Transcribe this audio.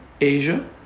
Asia